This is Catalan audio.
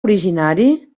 originari